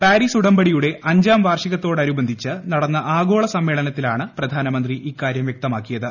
Paris ഉടമ്പടിയുടെ അഞ്ചാം വാർഷികത്തോടനുബന്ധിച്ചു നടന്ന ആഗോള സമ്മേളനത്തിലാണ് പ്രധാനമന്ത്രി ഇക്കാര്യം വ്യക്തമാക്കിയത്